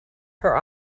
her